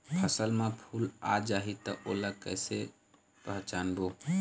फसल म फूल आ जाही त ओला कइसे पहचानबो?